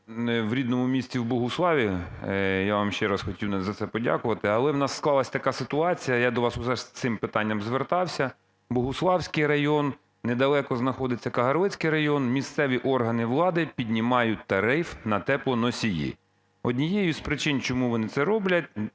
в рідному місті, в Богуславі, я вам ще раз хотів за це подякувати. Але в нас склалась така ситуація, я до вас уже з цим питанням звертався, Богуславський район, недалеко знаходиться Кагарлицький район: місцеві органи влади піднімають тариф на теплоносії. Однією з причин, чому вони це роблять,